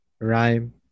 rhyme